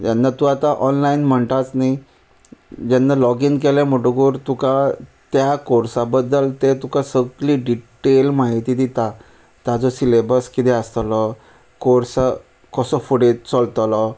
जेन्ना तूं आतां ऑनलायन म्हणटाच न्ही जेन्ना लॉगीन केलें म्हुणटोकूर तुका त्या कोर्सा बद्दल ते तुका सगली डिट्टेल म्हायती दिता ताजो सिलेबल किदें आसतलो कोर्सा कसो फुडें चलतलो